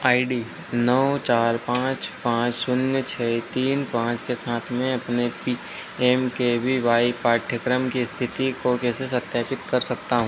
आई D नौ चार पाँच पाँच शून्य छः तीन पाँच के साथ में मैं अपने P M K V Y पाठ्यक्रम की स्थिति को कैसे सत्यापित कर सकता हूँ